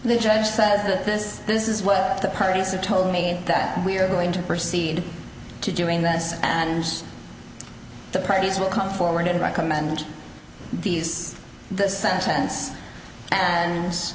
the judge said this this is where the parties are told me that we are going to proceed to doing this and the parties will come forward and recommend these